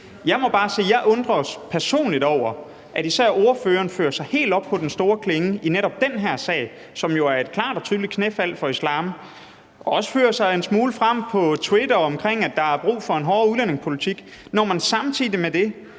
jeg personligt undres over, at især ordføreren træder helt op på den store klinge i netop den her sag, som jo er et klart og tydeligt knæfald for islam, og også fører sig en smule frem på X, det tidligere Twitter, om, at der er brug for en hårdere udlændingepolitik, når man samtidig har